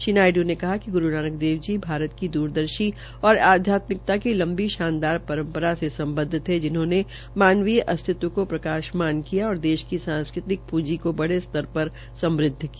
श्री नायडू ने कहा कि गुरू नानक देव जी भारत की दूरदर्शी और आध्यमित्कता की लंबी शानदार परम्परा से संमद्व थे जिन्होंने मानवीय अस्तित्व का प्रकाशमान किया और देश की सांस्कृति पूंजी का बड़े स्तर पर समृद्व किया